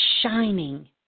shining